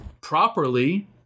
properly